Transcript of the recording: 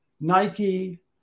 Nike